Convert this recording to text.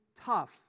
tough